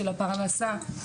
פרנסה.